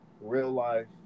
real-life